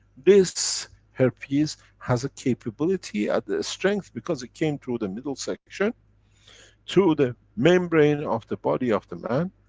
this herpes has a capability at the strength because it came through the middle section through the membrane of the body of the man,